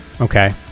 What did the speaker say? Okay